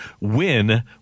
WIN